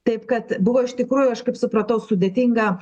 taip kad buvo iš tikrųjų aš kaip supratau sudėtinga